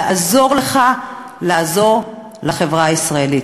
לעזור לך לעזור לחברה הישראלית.